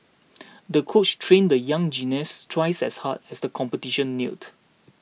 the coach trained the young gymnast twice as hard as the competition neared